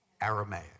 Aramaic